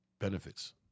Benefits